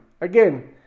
Again